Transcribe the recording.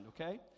okay